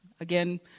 Again